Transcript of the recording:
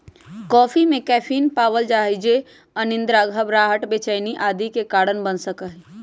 coffee में caffeine पावल जा हई जो अनिद्रा, घबराहट, बेचैनी आदि के कारण बन सका हई